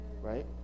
right